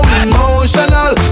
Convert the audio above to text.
emotional